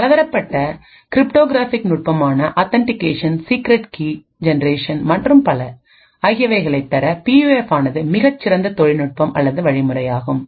பலதரப்பட்ட கிரிப்டோகிராஃபிக் நுட்பமான authentication secret key generation மற்றும் பல ஆகியவைகளை பெற பியூஎஃப்ஆனது மிகச்சிறந்த தொழில்நுட்பம் அல்லது வழிமுறையாகும்